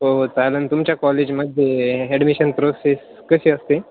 हो हो चालेल तुमच्या कॉलेजमध्ये ॲडमिशन प्रोसेस कशी असते